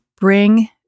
bring